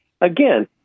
again